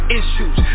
issues